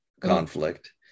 conflict